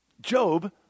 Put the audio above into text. Job